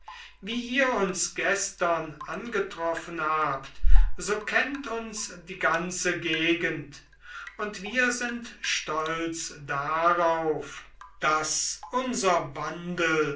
wie ihr uns gestern angetroffen habt so kennt uns die ganze gegend und wir sind stolz darauf daß unser wandel